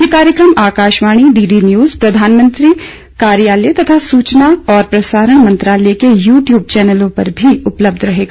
ये कार्यक्रम Akashvani DD news प्रधानमंत्री कार्यालय तथा सूचना और प्रसारण मंत्रालय के यू ट्यूब चैनलों पर भी उपलब्ध रहेगा